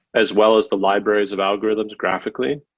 as well as the libraries of algorithms graphically,